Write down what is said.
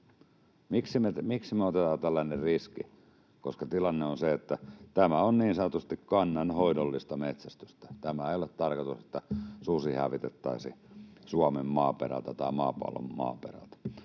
Miksi me otetaan tällainen riski, koska tilanne on se, että tämä on niin sanotusti kannanhoidollista metsästystä? Ei ole tarkoitus, että susi hävitettäisiin Suomen maaperältä tai maapallon maaperältä.